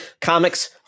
comics